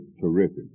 terrific